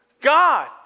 God